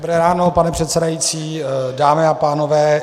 Dobré ráno pane předsedající, dámy a pánové.